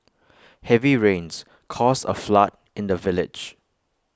heavy rains caused A flood in the village